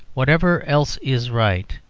whatever else is right,